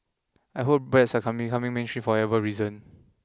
I hope breads are becoming mainstream for whatever reason